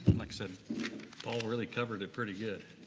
like so paul really covered it pretty good.